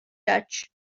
dutch